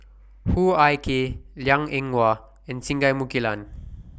Hoo Ah Kay Liang Eng Hwa and Singai Mukilan